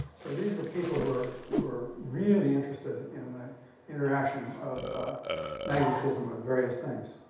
so these were people who were who were really interested in the interaction of magnetism with various things.